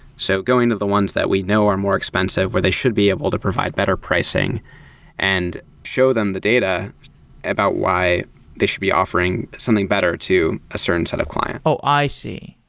so going to the ones that we know are more expensive where they should be able to provide better pricing and show them the data about why they should be offering something better to a certain set of client. oh, i see.